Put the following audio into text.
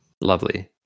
Lovely